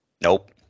Nope